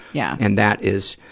yeah and that is,